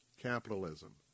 capitalism